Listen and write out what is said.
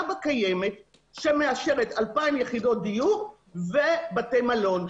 תב"ע קיימת שמאשרת 2,000 יחידות דיור ובתי מלון.